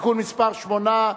(תיקון מס' 8)